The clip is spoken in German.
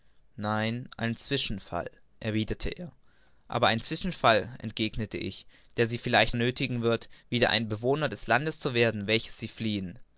nein ein zwischenfall erwiderte er aber ein zwischenfall entgegnete ich der sie vielleicht nöthigen wird wieder ein bewohner des landes zu werden welches sie fliehen